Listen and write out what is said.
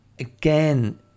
Again